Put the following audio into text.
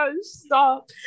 stop